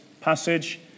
passage